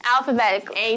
Alphabetically